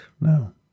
No